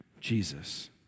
Jesus